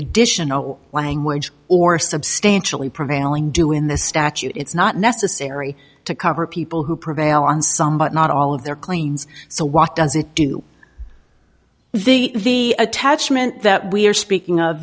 additional language or substantially prevailing do in the statute it's not necessary to cover people who prevail on some but not all of their claims so what does it do the attachment that we're speaking of